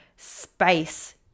Space